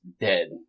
dead